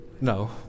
No